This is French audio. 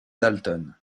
dalton